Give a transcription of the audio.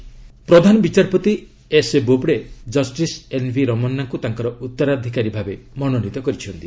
new CJI ପ୍ରଧାନ ବିଚାରପତି S A Bobde justice N V ରମନାଙ୍କୁ ତାଙ୍କର ଉତ୍ତରାଧିକାରୀ ଭାବେ ମନୋନୀତ କରିଛନ୍ତି